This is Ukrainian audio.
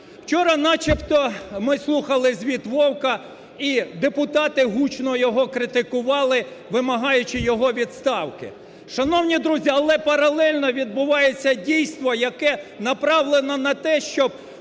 Вчора начебто ми слухали звіт Вовка і депутати гучно його критикували, вимагаючи його відставки. Шановні друзі, але паралельно відбувається дійство, яке направлено на те, щоб